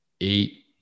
eight